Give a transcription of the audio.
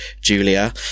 Julia